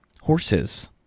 horses